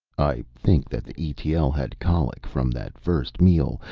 i think that the e t l. had colic from that first meal,